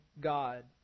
God